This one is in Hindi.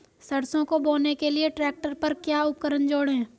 सरसों को बोने के लिये ट्रैक्टर पर क्या उपकरण जोड़ें?